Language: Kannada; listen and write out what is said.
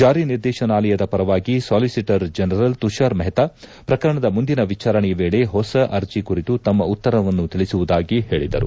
ಜಾರಿನಿರ್ದೇಶನಾಲಯದ ಪರವಾಗಿ ಸಾಲಿಸಿಟರ್ ಜನರಲ್ ತುಷಾರ್ ಮೆಹ್ತಾ ಪ್ರಕರಣದ ಮುಂದಿನ ವಿಚಾರಣೆಯ ವೇಳೆ ಹೊಸ ಅರ್ಜಿ ಕುರಿತು ತಮ್ನ ಉತ್ತರವನ್ನು ತಿಳಿಸುವುದಾಗಿ ಹೇಳಿದರು